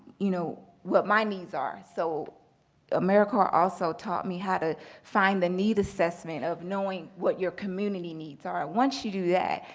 you know, what my needs are. so americorps also taught me how to find the need assessment of knowing what your community needs are. once you do that,